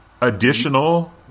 additional